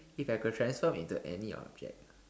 if I could transform into any object